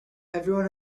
everyone